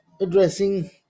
addressing